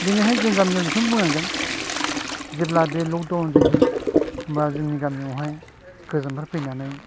दिनैहाय जोंनि गामियाव बेखौनो बुंनांगोन जेब्ला बे लकडाउन जायो होमब्ला जोंनि गामियावहाय गोजाननिफ्राय फैनानै